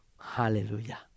Hallelujah